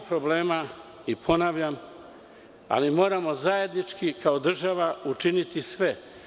Ima problema, ponavljam, ali moramo zajednički kao država učiniti sve.